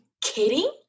kidding